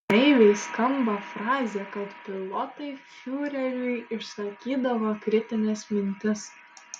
naiviai skamba frazė kad pilotai fiureriui išsakydavo kritines mintis